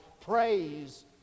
praise